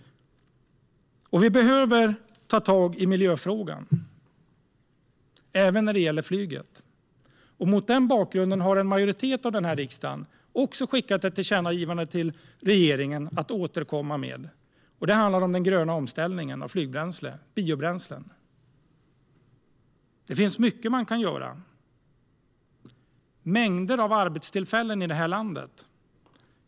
Vi behöver ta tag i miljöfrågan, även när det gäller flyget. Mot den bakgrunden har en majoritet av riksdagen skickat ett tillkännagivande till regeringen om att återkomma i frågan om den gröna omställningen av flygbränsle, det vill säga biobränslen. Det finns mycket att göra. Det rör mängder av arbetstillfällen i landet.